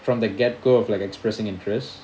from the get go of like expressing interest